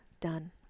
done